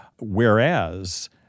Whereas